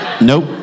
Nope